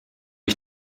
ich